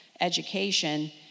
education